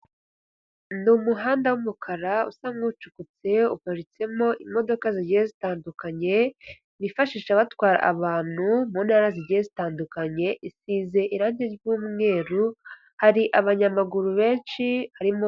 Ni umuhanda w'umukara, usa n'ucukutse, uparitsemo imodoka zigiye zitandukanye bifashisha batwara abantu mu ntara zigiye zitandukanye, isize irangi ry'umweru, hari abanyamaguru benshi, harimo.